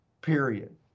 period